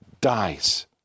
dies